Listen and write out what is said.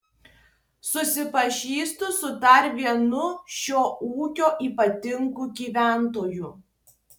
susipažįstu su dar vienu šio ūkio ypatingu gyventoju